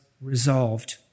resolved